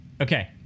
okay